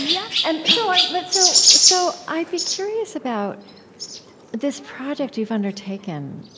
yeah and so but so so i'd be curious about this project you've undertaken.